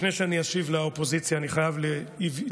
לפני שאני אשיב לאופוזיציה אני חייב להתוודות.